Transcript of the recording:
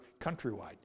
countrywide